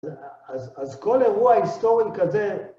אז כל אירוע היסטורי כזה...